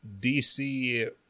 DC